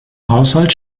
haushalt